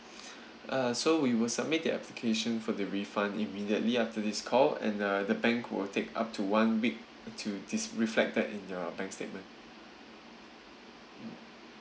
uh so we will submit the application for the refund immediately after this call and uh the bank will take up to one week to this reflected in your bank statement